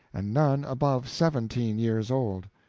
and none above seventeen years old.